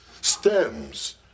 stems